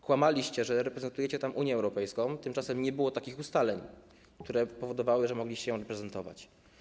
Kłamaliście, że reprezentujecie tam Unię Europejską, tymczasem nie było ustaleń, które by powodowały, że mogliście ją reprezentować.